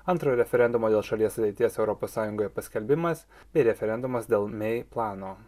antro referendumo dėl šalies ateities europos sąjungoje paskelbimas bei referendumas dėl mei plano